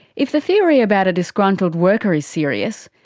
if the theory about a disgruntled worker is serious,